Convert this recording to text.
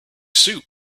soup